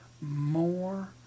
more